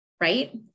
right